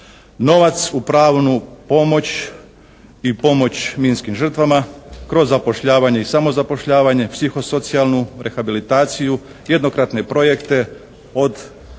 Novac u pravnu pomoć i pomoć minskim žrtvama kroz zapošljavanje i samozapošljavanje, psihosocijalnu rehabilitaciju, jednokratne projekte od